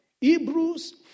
Hebrews